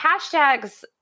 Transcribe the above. hashtags